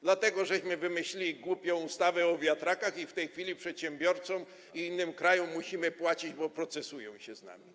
Dlatego że wymyśliliśmy głupią ustawę o wiatrakach i w tej chwili przedsiębiorcom i innym krajom musimy płacić, bo procesują się z nami.